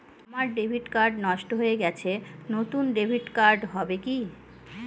আমার debit card নষ্ট হয়ে গেছে নূতন ডেবিট কার্ড হবে কি?